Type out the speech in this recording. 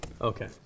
Okay